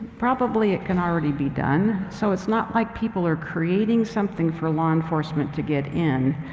probably it can already be done. so it's not like people are creating something for law enforcement to get in.